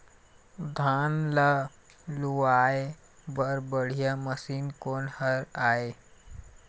धान ला लुआय बर बढ़िया मशीन कोन हर आइ?